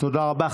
תודה רבה.